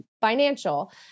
financial